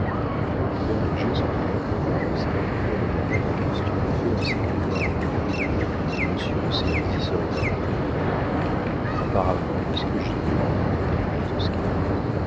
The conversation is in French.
le père léger se tourna pour voir oscar et le regarda d'un air stupéfait en s'écriant monsieur de sérisy serait à presles apparemment puisque j'y vais répondit